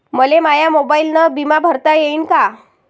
मले माया मोबाईलनं बिमा भरता येईन का?